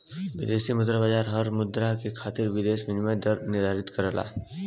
विदेशी मुद्रा बाजार हर मुद्रा के खातिर विदेशी विनिमय दर निर्धारित करला